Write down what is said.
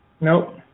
Nope